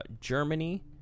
Germany